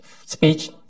speech